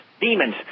Demons